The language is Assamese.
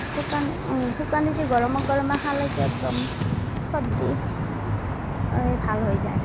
শুকান শুকান ৰুটি গৰমে গৰমে খালেতো একদম চৰ্দি এই ভাল হৈ যায়